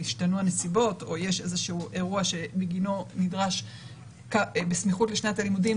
השתנו הנסיבות או יש אירוע שבגינו נדרש בסמיכות לשנת הלימודים